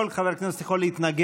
כל חבר כנסת יכול להתנגד.